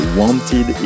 wanted